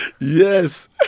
Yes